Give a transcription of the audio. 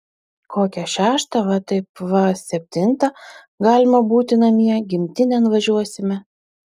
kokią šeštą va taip va septintą galima būti namie gimtinėn važiuosime